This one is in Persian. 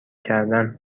کردن